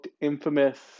infamous